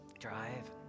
Drive